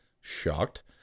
shocked